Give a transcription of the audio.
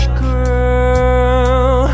girl